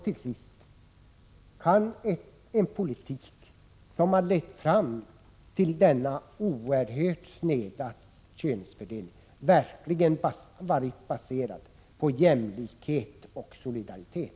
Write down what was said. Till sist: Kan en politik som har lett fram till denna oerhört sneda könsfördelning verkligen ha varit baserad på jämlikhet och solidaritet?